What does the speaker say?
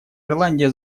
ирландия